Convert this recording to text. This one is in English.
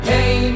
Hey